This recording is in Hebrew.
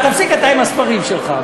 תפסיק אתה עם הספרים שלך.